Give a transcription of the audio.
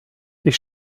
ich